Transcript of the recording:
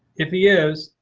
if he is,